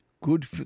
good